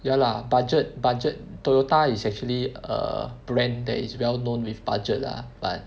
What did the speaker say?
ya lah budget budget Toyota is actually a brand that is well known with budget lah but